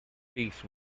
speaks